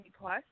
Plus